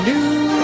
New